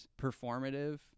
performative